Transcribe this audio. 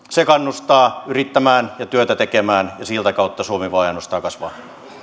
se kannustaa yrittämään ja työtä tekemään ja sitä kautta suomi voi ainoastaan kasvaa